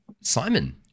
Simon